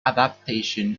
adaptation